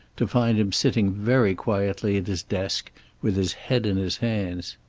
to find him sitting very quietly at his desk with his head in his hands.